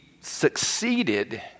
succeeded